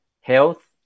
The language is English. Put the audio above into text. Health